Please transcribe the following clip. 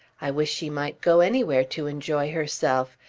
i wish she might go anywhere to enjoy herself.